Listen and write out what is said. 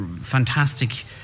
fantastic